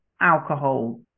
alcohol